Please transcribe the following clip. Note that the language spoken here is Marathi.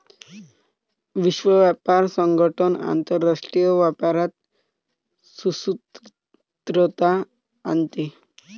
विश्व व्यापार संगठन आंतरराष्ट्रीय व्यापारात सुसूत्रता आणते